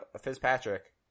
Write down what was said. Fitzpatrick